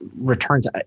returns